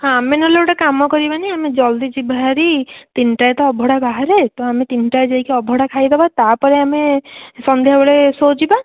ହଁ ଆମେ ନ ହେଲେ ଗୋଟେ କାମ କରିବାନି ଆମେ ଜଲ୍ଦି ଯିବା ଭାରି ତିନିଟାରେ ତ ଅବଢ଼ା ବାହାରେ ତ ଆମେ ତିନିଟାରେ ଯାଇକି ଅବଢ଼ା ଖାଇଦେବା ତା'ପରେ ଆମେ ସନ୍ଧ୍ୟାବେଳେ ସୋ ଯିବା